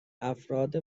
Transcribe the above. افراد